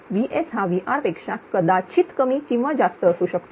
VS हा VR पेक्षा कदाचित कमी किंवा जास्त असू शकतो